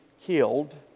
killed